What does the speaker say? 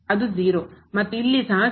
ಅದು 0 ಮತ್ತು ಇಲ್ಲಿ ಸಹ 0